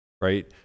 right